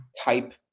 type